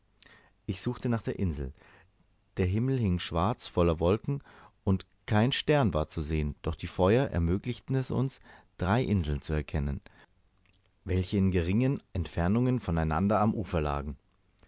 ich suchte nach der insel der himmel hing schwarz voller wolken und kein stern war zu sehen doch die feuer ermöglichten es uns drei inseln zu erkennen welche in geringen entfernungen voneinander am ufer lagen